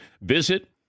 Visit